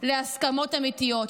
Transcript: להסכמות אמיתיות,